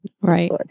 Right